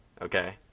okay